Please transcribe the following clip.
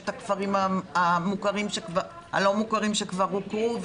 יש את הכפרים הלא מוכרים שכבר הוכרו,